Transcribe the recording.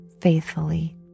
faithfully